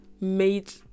made